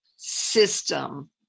system